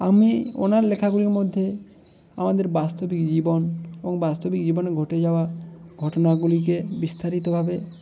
আমি ওনার লেখাগুলির মধ্যে আমাদের বাস্তবিক জীবন বাস্তবিক জীবনে ঘটে যাওয়া ঘটনাগুলিকে বিস্তারিতভাবে